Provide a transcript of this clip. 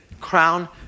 crown